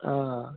ആ ആ